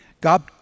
God